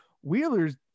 Wheeler's